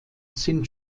sind